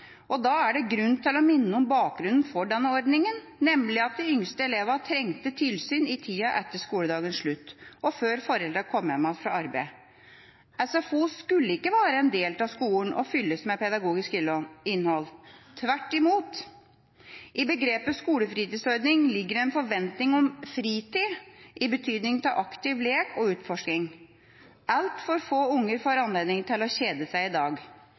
da er det grunn til å minne om bakgrunnen for denne ordningen, nemlig at de yngste elevene trengte tilsyn i tida etter skoledagens slutt og før foreldrene kom hjem fra arbeid. SFO skulle ikke være en del av skolen og fylles med pedagogisk innhold. Tvert imot: I begrepet «skolefritidsordning» ligger en forventning om fritid i betydningen aktiv lek og utforsking. Altfor få barn får anledning til å kjede seg i dag.